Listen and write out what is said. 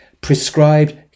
prescribed